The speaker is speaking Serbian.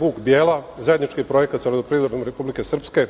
Vuk-Bjela, zajednički projekat sa vodoprivredom Republike Srpske.